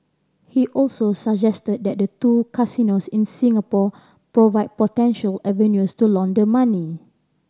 he also suggested that the two casinos in Singapore provide potential avenues to launder money